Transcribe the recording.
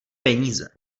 peníze